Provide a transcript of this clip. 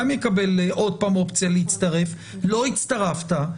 יקבל עוד פעם אופציה להצטרף: לא הצטרפת,